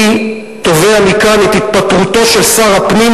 אני תובע מכאן את התפטרותו של שר הפנים,